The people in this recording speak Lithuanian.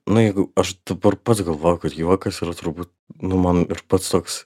na jeigu aš dabar pats galvoju kad juokas yra turbūt nu man pats toks